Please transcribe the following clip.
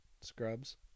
Scrubs